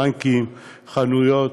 בנקים, חנויות,